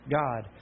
God